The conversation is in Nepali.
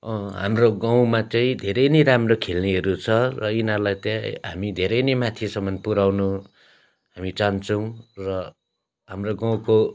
हाम्रो गाउँमा चाहिँ धेरै नै राम्रो खेल्नेहरू छ र यिनीहरूलाई चाहिँ हामी धेरै नै माथिसम्म पुर्याउन हामी चाहन्छौँ र हाम्रो गाउँको